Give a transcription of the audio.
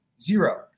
zero